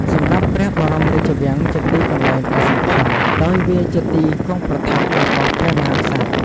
សម្រាប់ព្រះបរមរាជវាំងជាទីកន្លែងដ៏សំខាន់ ដោយវាជាទីគង់ប្រថាប់របស់ព្រះមហាក្សត្រ។